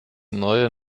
neue